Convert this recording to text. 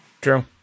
True